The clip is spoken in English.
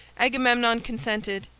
agamemnon consented,